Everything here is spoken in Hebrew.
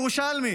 כירושלמי